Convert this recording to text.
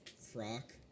frock